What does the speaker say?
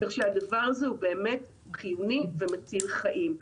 כך שהדבר הזה הוא באמת חיוני ומציל חיים.